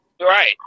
Right